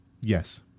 Yes